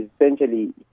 essentially